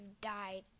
died